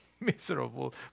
miserable